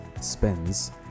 spends